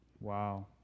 Wow